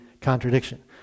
contradiction